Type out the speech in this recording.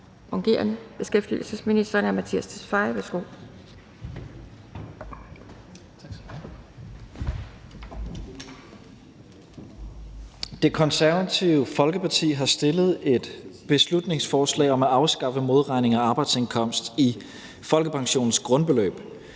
Kl. 12:11 (Beskæftigelsesministeren) Mattias Tesfaye (fg.): Det Konservative Folkeparti har fremsat et beslutningsforslag om at afskaffe modregning af arbejdsindkomst i folkepensionens grundbeløb.